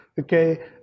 Okay